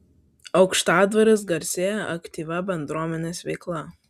aukštadvaris garsėja aktyvia bendruomenės veikla